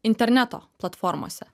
interneto platformose